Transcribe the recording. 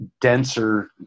denser